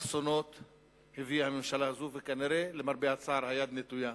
למרבה הצער, כנראה היד נטויה.